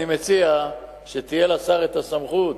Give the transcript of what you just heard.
אני מציע שתהיה לשר הסמכות